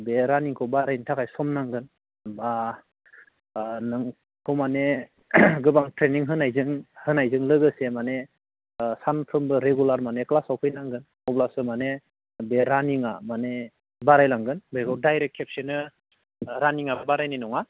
बे रानिंखौ बारायनो थाखाय सम नांगोन होमबा नोंखौ माने गोबां ट्रेनिं होनायजों होनायजों लोगोसे माने सामफ्रोमबो रेगुलार माने क्लासाव फैनांगोन अब्लासो माने बे रानिंआ माने बारायलांगोन बेखौ दाइरेक्त खेबसेनो रानिंआबो बारायनाय नङा